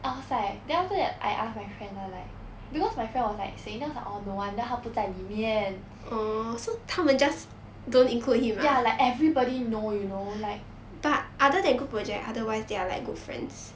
I was like then after that I ask my friend lah like because my friend was like saying then I was like oh no wonder 他不再里面 ya like everybody know you know like